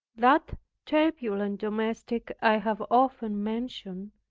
that turbulent domestic i have often mentioned,